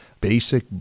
basic